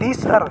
ᱛᱤᱥ ᱟᱨ